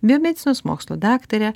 biomedicinos mokslų daktare